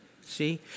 See